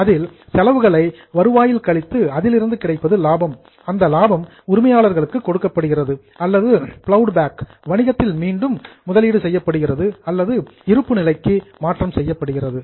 அதில் எக்ஸ்பென்ஸ் செலவுகளை ரெவின்யூ வருவாயில் கழித்து அதில் இருந்து கிடைப்பது லாபம் அந்த லாபம் உரிமையாளர்களுக்கு கொடுக்கப்படுகிறது அல்லது பிலோடு பேக் வணிகத்தில் மீண்டும் முதலீடு செய்யப்படுகிறது அல்லது இருப்பு நிலைக்கு டிரான்ஸ்பர்டு மாற்றம் செய்யப்படுகிறது